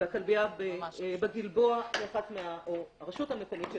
והכלבייה בגלבוע או הרשות המקומית של